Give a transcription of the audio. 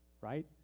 right